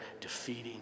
defeating